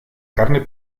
carne